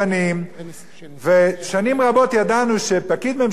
ושנים רבות ידענו שפקיד ממשלה יושב 30 שנה,